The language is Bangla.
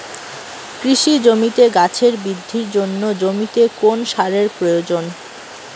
কৃষি জমিতে গাছের বৃদ্ধির জন্য জমিতে কোন সারের প্রয়োজন?